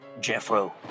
Jeffro